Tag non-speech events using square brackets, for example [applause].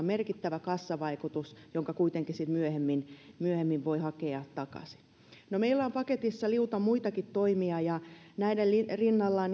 [unintelligible] merkittävä kassavaikutus ja jonka kuitenkin sitten myöhemmin voi hakea takaisin no meillä on paketissa liuta muitakin toimia ja näiden rinnalla [unintelligible]